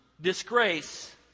disgrace